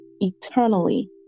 eternally